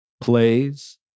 plays